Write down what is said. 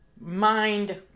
mind